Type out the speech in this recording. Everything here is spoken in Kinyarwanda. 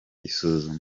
isuzuma